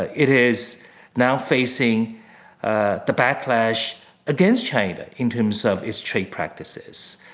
it is now facing the backlash against china, in terms of its trade practices.